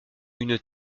une